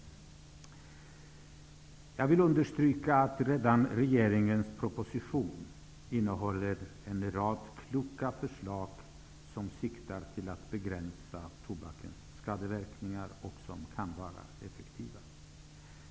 Jag vill understryka att redan regeringens proposition innehåller en rad kloka förslag, som siktar till att begränsa tobakens skadeverkningar, vilka kan vara effektiva.